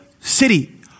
city